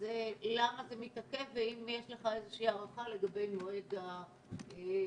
למה זה מתעכב ואם יש לך הערכה לגבי מועד הפרסום?